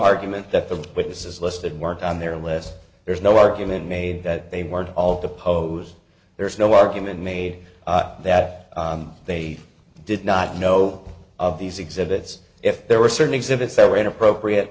argument that the witnesses listed weren't on their list there's no argument made that they weren't all the pows there is no argument made that they did not know of these exhibits if there were certain exhibits that were inappropriate